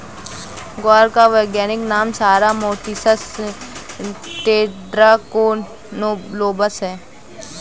ग्वार का वैज्ञानिक नाम साया मोटिसस टेट्रागोनोलोबस है